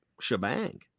shebang